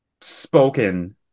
spoken